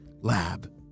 lab